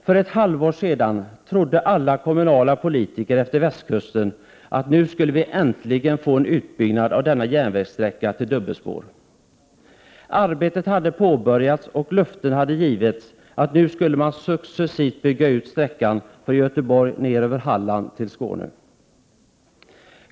För ett halvår sedan trodde alla kommunalpolitiker på västkusten att det äntligen 49 hade påbörjats, och löften hade givits om att det skulle bli en successiv utbyggnad av sträckan Göteborg-Halland-Skåne.